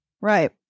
Right